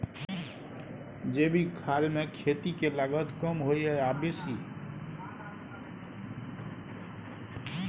जैविक खाद मे खेती के लागत कम होय ये आ बेसी?